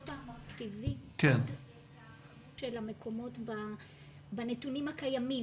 כל פעם מרחיבים את המקומות בנתונים הקיימים,